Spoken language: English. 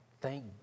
Thank